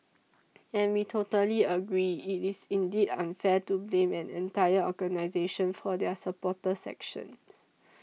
and we totally agree it is indeed unfair to blame an entire organisation for their supporters actions